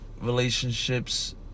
relationships